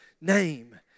name